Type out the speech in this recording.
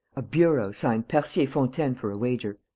a bureau signed percier-fontaine, for a wager.